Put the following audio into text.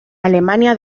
alemania